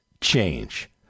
change